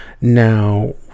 Now